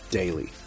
daily